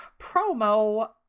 Promo